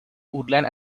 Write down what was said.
woodland